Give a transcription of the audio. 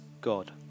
God